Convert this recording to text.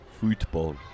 Football